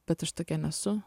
bet aš tokia nesu